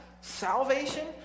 salvation